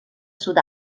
sud